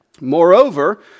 Moreover